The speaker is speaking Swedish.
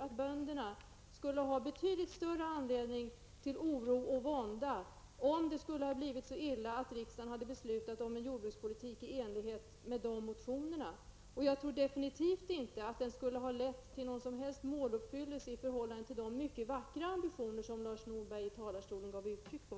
att bönderna skulle ha betydligt större anledning till oro och vånda om det skulle ha blivit så illa att riksdagen beslutat om en jordbrukspolitik i enlighet med de motionerna. Jag tror definitivt inte att det skulle ha lett till någon som helst måluppfyllelse av de mycket vackra ambitioner som Lars Norberg i talarstolen gav uttryck för.